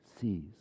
sees